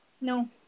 No